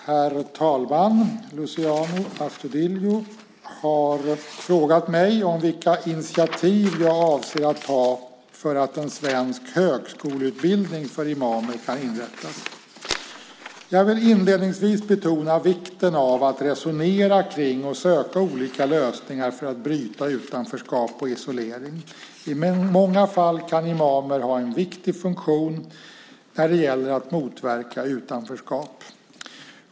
Herr talman! Luciano Astudillo har frågat mig vilka initiativ jag avser att ta för att en svensk högskoleutbildning för imamer kan inrättas. Jag vill inledningsvis betona vikten av att resonera kring och söka olika lösningar för att bryta utanförskap och isolering. I många fall kan imamer ha en viktig funktion när det gäller att motverka utanförskap.